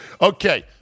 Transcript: Okay